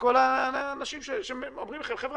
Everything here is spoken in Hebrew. כל האנשים שאומרים לכם: חבר'ה,